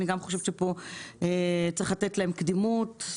אני חושבת שצריך לתת להם קדימות.